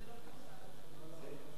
זה לא המצב היום.